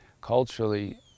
culturally